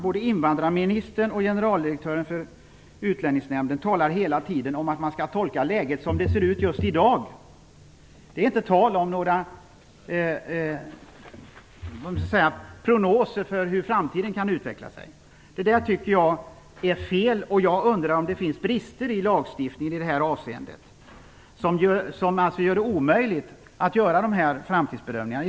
Både invandrarministern och generaldirektören för Utlänningsnämnden talar hela tiden om att man skall tolka läget som det ser ut just i dag. Det är inte tal om några prognoser om hur det kan utveckla sig i framtiden. Det tycker jag är fel. Jag undrar om det finns brister i lagstiftningen i detta avseende som omöjliggör framtidsbedömningar.